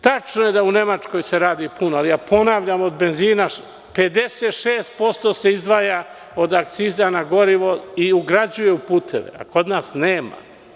Tačno je da se u Nemačkoj radi puno, ali ponavljam od benzina 56% se izdvaja od akciza na gorivo i ugrađuje u puteve, a kod nas nema.